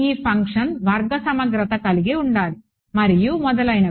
ఈ ఫంక్షన్ వర్గ సమగ్రత కలిగి ఉండాలి మరియు మొదలైనవి